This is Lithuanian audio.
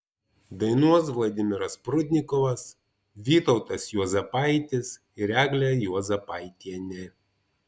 dainuos vladimiras prudnikovas vytautas juozapaitis ir eglė juozapaitienė